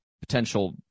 potential